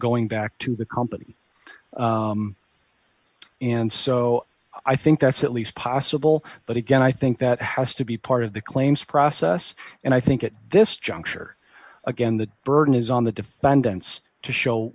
going back to the companies and so i think that's at least possible but again i think that has to be part of the claims process and i think at this juncture again the burden is on the defendants to show